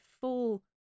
full